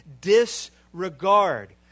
disregard